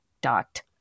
dot